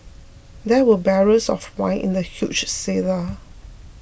there were barrels of wine in the huge cellar